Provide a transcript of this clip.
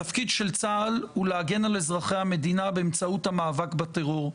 התפקיד של צה"ל הוא להגן על אזרחי המדינה באמצעות המאבק בטרור,